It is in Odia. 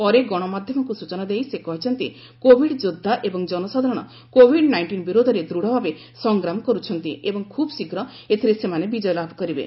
ପରେ ଗଣମାଧ୍ୟମକୁ ସୂଚନା ଦେଇ ସେ କହିଛନ୍ତି କୋଭିଡ୍ ଯୋଦ୍ଦା ଏବଂ ଜନସାଧାରଣ କୋଭିଡ୍ ନାଇଷ୍ଟିନ୍ ବିରୋଧରେ ଦୂଢ଼ଭାବେ ସଂଗ୍ରାମ କରୁଛନ୍ତି ଏବଂ ଖୁବ୍ ଶୀଗ୍ର ଏଥିରେ ସେମାନେ ବିଜୟ ଲାଭ କରିବେ